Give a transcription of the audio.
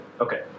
Okay